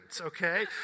okay